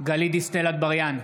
גלית דיסטל אטבריאן,